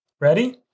Ready